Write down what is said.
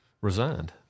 resigned